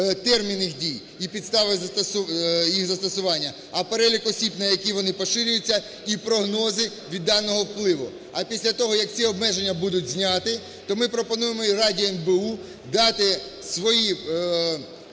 термін їх і підстави їх застосування, а перелік осіб, на які вони поширюються і прогнози від даного впливу. А після того, як ці обмеженні будуть зняті, то ми пропонуємо і раді НБУ дати свої